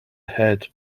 head